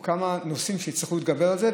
או כמה נושאים שיצטרכו להתגבר עליהם,